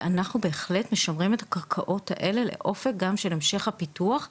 אנחנו בהחלט משמרים את הקרקעות האלה גם לאופק של המשך הפיתוח,